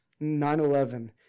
9-11